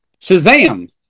Shazam